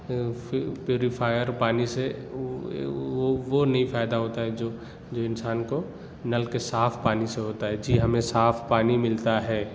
فی پیوریفائر پانی سے وہ وہ نہیں فائدہ ہوتا ہے جو جو انسان کو نل کے صاف پانی سے ہوتا ہے جی ہمیں صاف پانی ملتا ہے